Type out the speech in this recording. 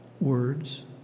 words